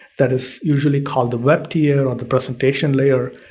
that is usually called the web tear or the presentation layer.